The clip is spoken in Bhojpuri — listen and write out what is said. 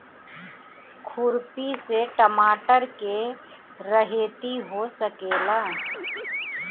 खुरपी से टमाटर के रहेती हो सकेला?